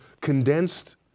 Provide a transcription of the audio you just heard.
condensed